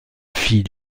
filles